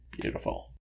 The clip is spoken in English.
Beautiful